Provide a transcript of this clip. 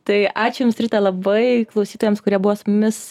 tai ačiū jums rita labai klausytojams kurie buvo su mumis